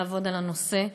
לעבוד על הנושא.